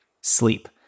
sleep